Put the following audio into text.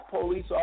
police